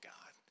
God